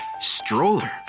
Stroller